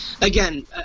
Again